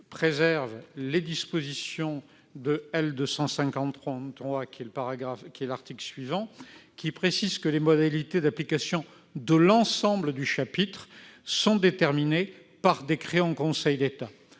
préserver les dispositions de l'article L. 251-3, lequel précise que les modalités d'application de l'ensemble du chapitre sont déterminées par décret en Conseil d'État.